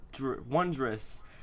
wondrous